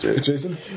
Jason